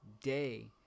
day